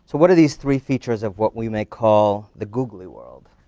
so what are these three features of what we may call the googley world?